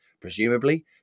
presumably